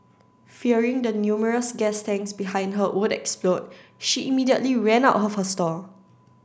fearing the numerous gas tanks behind her would explode she immediately ran out of her stall